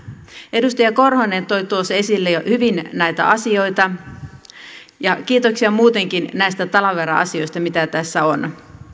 edustaja korhonen toi tuossa jo esille hyvin näitä asioita ja kiitoksia muutenkin näistä talvivaara asioista mitä tässä on